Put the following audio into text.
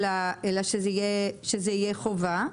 אלא שיהיה חובה.